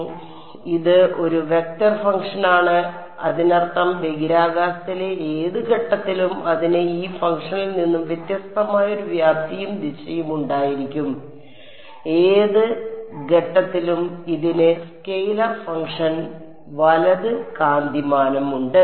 അതിനാൽ ഇത് ഒരു വെക്റ്റർ ഫംഗ്ഷൻ ആണ് അതിനർത്ഥം ബഹിരാകാശത്തിലെ ഏത് ഘട്ടത്തിലും അതിന് ഈ ഫംഗ്ഷനിൽ നിന്ന് വ്യത്യസ്തമായി ഒരു വ്യാപ്തിയും ദിശയും ഉണ്ടായിരിക്കും ഏത് ഘട്ടത്തിലും ഇതിന് സ്കെലാർ ഫംഗ്ഷൻ വലത് കാന്തിമാനമുണ്ട്